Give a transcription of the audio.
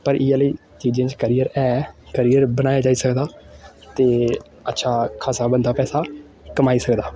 पर इयै लेही चीजें च कैरियर ऐ कैरियर बनाया जाई सकदा ते अच्छा खासा बंदा पैसा कमाई सकदा